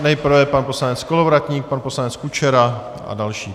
Nejprve pan poslanec Kolovratník, pan poslanec Kučera a další.